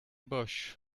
bush